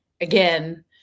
again